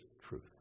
truth